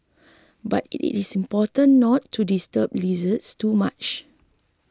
but it is important not to disturb lizards too much